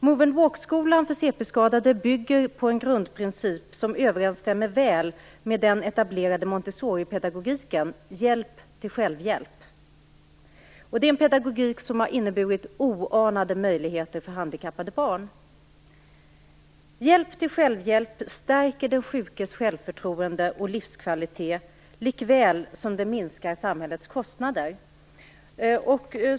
Move & Walk-skolan för cp-skadade bygger på en grundprincip som överensstämmer väl med den etablerade Montessoripedagogiken hjälp till självhjälp. Det är en pedagogik som har inneburit oanade möjligheter för handikappade barn. Hjälp till självhjälp stärker den sjukes självförtroende och livskvalitet, likväl som det minskar samhällets kostnader.